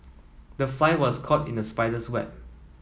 the fly was caught in the spider's web